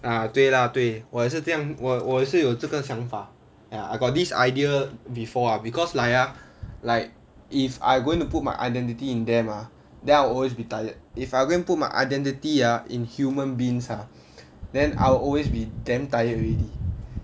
ah 对啦对我也是这样我我也是有这个想法 ya I got this idea before ah because like ah like if I going to put my identity in them ah then I will always be tired if I go and put my identity ah in human beings ah then I will always be damn tired already